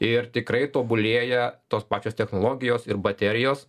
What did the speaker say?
ir tikrai tobulėja tos pačios technologijos ir baterijos